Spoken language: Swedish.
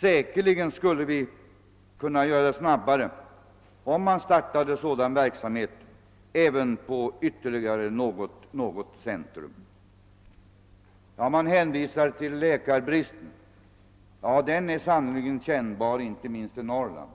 Säkerligen skulle vi snabbare kunna göra detta, om transplantationsverksamhet startades vid åtminstone ytterligare ett centrum. Man hänvisar också till läkarbristen. Ja, den är sannerligen kännbar, inte minst i Norrland.